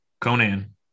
Conan